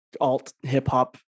alt-hip-hop